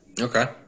Okay